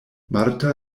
marta